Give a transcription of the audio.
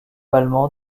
allemand